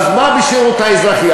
אז מה בשירות האזרחי?